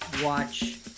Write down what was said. watch